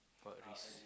what risks